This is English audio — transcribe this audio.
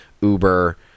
uber